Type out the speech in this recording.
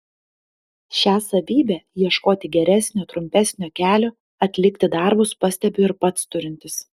šią savybę ieškoti geresnio trumpesnio kelio atlikti darbus pastebiu ir pats turintis